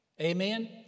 Amen